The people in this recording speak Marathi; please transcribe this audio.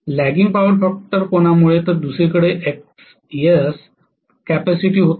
लॅगिंग पॉवर फॅक्टर कोनामुळे तर दुसरीकडे एक्स्स Xs कॅपेसिटीव्ह होता का